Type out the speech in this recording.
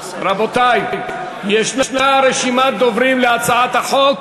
רבותי, ישנה רשימת דוברים להצעת החוק.